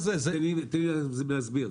תן לי להסביר.